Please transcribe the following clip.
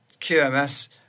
QMS